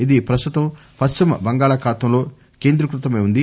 ఇది ప్రస్తుతం పశ్చిమ బంగాళాఖాతంలో కేంద్రీకృతమై ఉంది